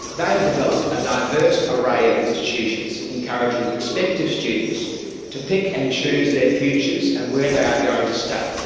they have developed a diverse array of institutions, encouraging prospective students to pick and choose their futures and where they are going to study.